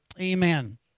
amen